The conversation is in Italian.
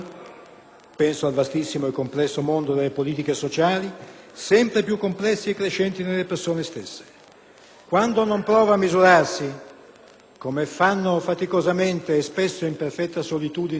(penso al vastissimo e complesso mondo delle politiche sociali) sempre più complessi e crescenti nelle persone stesse, quando non prova a misurarsi, come fanno faticosamente e spesso in perfetta solitudine